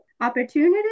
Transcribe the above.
opportunity